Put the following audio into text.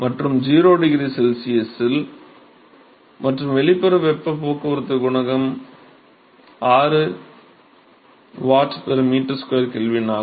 மற்றும் 0𝆩 C இல் மற்றும் வெளிப்புற வெப்பப் போக்குவரத்து குணகம் 6 Wm²•K ஆகும்